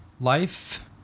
life